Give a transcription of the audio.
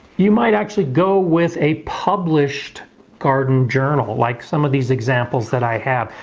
you might actually go with a published garden journal like some of these examples that i have.